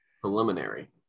preliminary